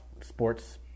sports